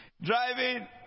driving